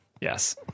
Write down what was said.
Yes